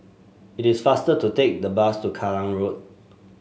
it is faster to take the bus to Kallang Road